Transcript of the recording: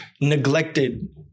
neglected